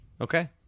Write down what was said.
okay